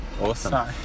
Awesome